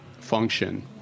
function